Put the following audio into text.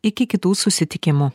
iki kitų susitikimų